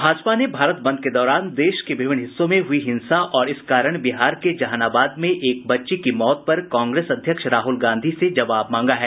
भाजपा ने भारत बंद के दौरान देश के विभिन्न भागों में हुई हिंसा और इस कारण बिहार के जहानाबाद में एक बच्ची की मौत पर कांग्रेस अध्यक्ष राहल गांधी से जवाब मांगा है